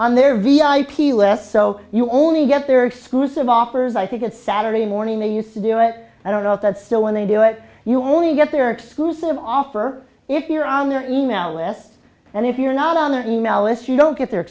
on their v i p left so you only get their exclusive offers i think a saturday morning they used to do it i don't know if that's still when they do it you only get their exclusive offer if you're on their email list and if you're not on an email list you don't get their